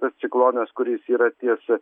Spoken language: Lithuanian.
tas ciklonas kuris yra ties